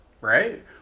Right